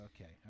Okay